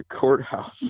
courthouse